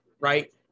right